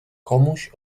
komuś